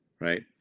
right